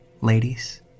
Ladies